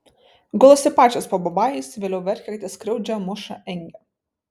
gulasi pačios po babajais vėliau verkia kad jas skriaudžia muša engia